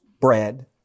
bread